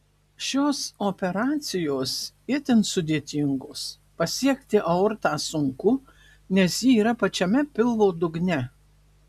šios operacijos itin sudėtingos pasiekti aortą sunku nes ji yra pačiame pilvo dugne